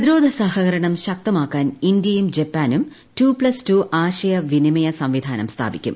പ്രതിരോധ സഹകരണം ശക്തമാക്കാൻ ഇന്ത്യയും ജപ്പാനും ടൂ പ്ലസ് ടൂ ആശയവിനിമയ സംവിധാനം സ്ഥാപിക്കും